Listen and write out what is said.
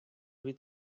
від